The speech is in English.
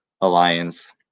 alliance